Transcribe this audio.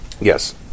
Yes